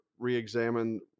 re-examine